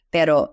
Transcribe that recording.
Pero